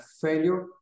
failure